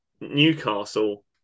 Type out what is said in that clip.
Newcastle